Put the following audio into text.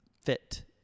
fit